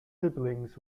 siblings